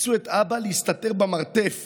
אילצו את אבא להסתתר במרתף